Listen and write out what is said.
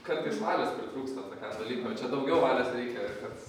kartais žmonės pritrūksta